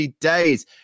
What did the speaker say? days